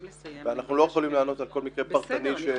אנחנו לא יכולים לענות על כל מקרה פרטני שעולה.